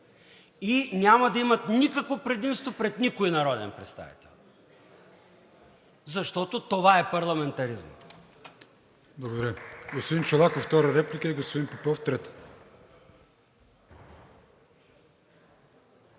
Няма да имат никакво предимство пред никой народен представител, защото това е парламентаризмът.